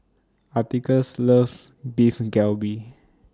Atticus loves Beef Galbi